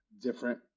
different